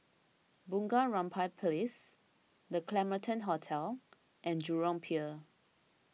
Bunga Rampai Place the Claremont Hotel and Jurong Pier